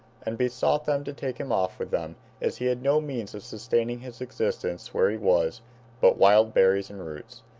and besought them to take him off with them as he had no means of sustaining his existence where he was but wild berries and roots,